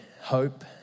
hope